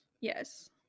Yes